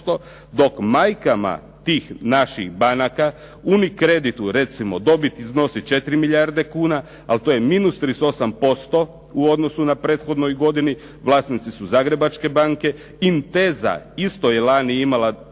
dok majkama tih naših banaka Unicreditu recimo dobit iznosi 4 milijarde kuna, a to je minus 38% u odnosu na prethodnoj godini, vlasnici su Zagrebačke banke. Inteza isto je lani imala dobit